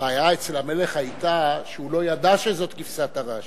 הבעיה אצל המלך היתה שהוא לא ידע שזאת כבשת הרש,